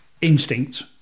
instinct